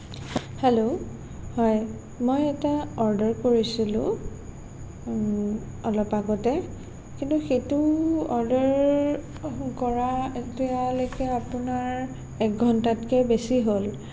hello হয় মই এটা অৰ্ডাৰ কৰিছিলোঁ অলপ আগতে কিন্তু সেইটো অৰ্ডাৰ কৰা এতিয়ালৈকে আপোনাৰ এঘণ্টাতকৈ বেছি হ'ল